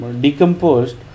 Decomposed